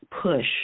push